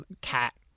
cat